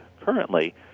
currently